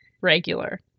regular